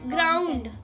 Ground